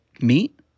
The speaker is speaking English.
meat